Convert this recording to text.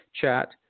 chat